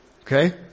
Okay